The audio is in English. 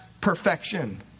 perfection